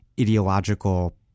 ideological